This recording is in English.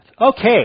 Okay